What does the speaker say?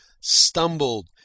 stumbled